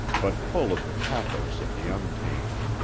but full of the pathos of the untamed.